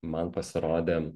man pasirodė